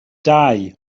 dau